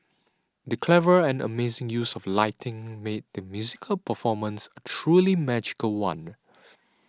the clever and amazing use of lighting made the musical performance a truly magical one